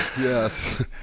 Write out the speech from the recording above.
Yes